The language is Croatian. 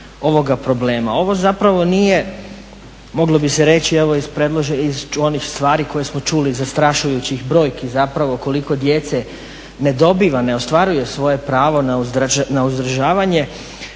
ovoga problema. Ovo zapravo nije, moglo bi se reći, evo iz onih stvari koje smo čuli, zastrašujućih brojki zapravo koliko djece ne dobiva, ne ostvaruje svoje pravo na uzdržavanje.